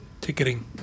Ticketing